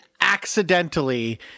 accidentally